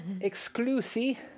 exclusive